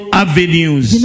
avenues